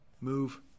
move